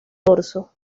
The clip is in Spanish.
dorso